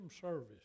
service